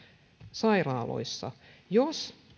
sairaaloissa jos